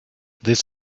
this